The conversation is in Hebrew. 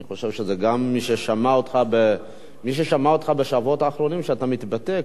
אני חושב שגם מי ששמע אותך בשבועות האחרונים מתבטא,